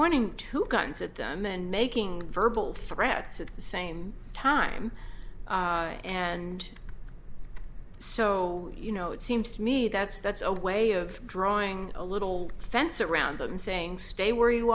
twenty two guns at them and making verbal threats at the same time and so you know it seems to me that's that's a way of drawing a little fence around them saying stay where you